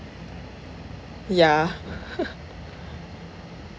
yeah